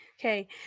Okay